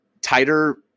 tighter